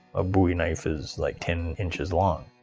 a bowie knife is like ten inches long.